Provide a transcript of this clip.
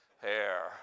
hair